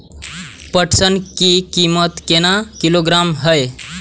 पटसन की कीमत केना किलोग्राम हय?